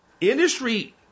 Industry